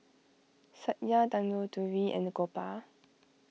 Satya Tanguturi and Gopal